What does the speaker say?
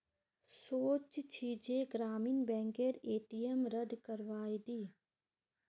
सोच छि जे ग्रामीण बैंकेर ए.टी.एम रद्द करवइ दी